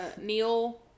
Neil